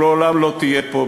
ולעולם לא תהיה פה,